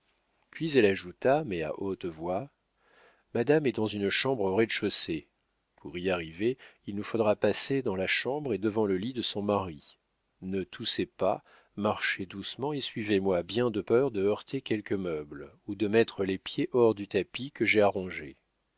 puis elle ajouta mais à haute voix madame est dans une chambre au rez-de-chaussée pour y arriver il nous faudra passer dans la chambre et devant le lit de son mari ne toussez pas marchez doucement et suivez-moi bien de peur de heurter quelques meubles ou de mettre les pieds hors du tapis que j'ai arrangé